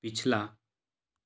पिछला